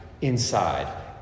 inside